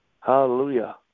Hallelujah